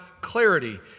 clarity